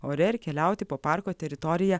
ore ir keliauti po parko teritoriją